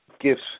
gifts